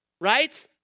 right